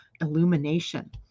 illumination